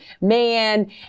Man